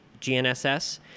GNSS